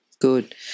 good